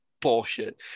bullshit